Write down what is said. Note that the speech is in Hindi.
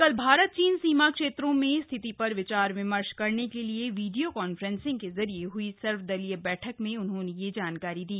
कल भारत चीन सीमा क्षेत्रों में स्थिति पर विचार विमर्श करने के लिये वीडियो कान्फ्रेंसिंग के जरिये हई सर्वदलीय बठक में उन्होंने यह जानकारी दी